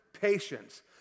patience